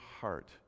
heart